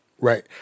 Right